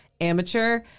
amateur